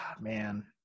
Man